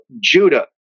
Judah